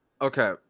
Okay